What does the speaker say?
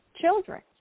children